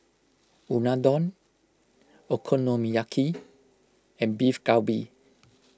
Unadon Okonomiyaki and Beef Galbi